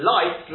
Light